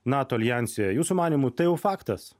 nato aljanse jūsų manymu tai jau faktas